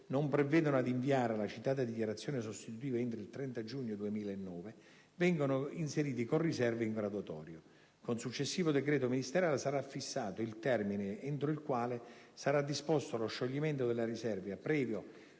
non provvedono a inviare la citata dichiarazione sostitutiva entro il 30 giugno 2009, vengono inseriti con riserva in graduatoria. Con successivo decreto ministeriale sarà fissato il termine entro il quale sarà disposto lo scioglimento della riserva, previa